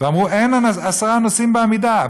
הם אמרו, אין עשרה נוסעים בעמידה.